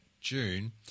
June